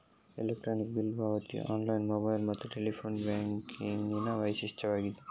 electronic bill ಪಾವತಿಯು online, mobile ಮತ್ತು telephone ಬ್ಯಾಂಕಿಂಗಿನ ವೈಶಿಷ್ಟ್ಯವಾಗಿದೆ